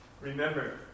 Remember